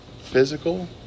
physical